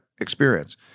experience